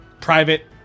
private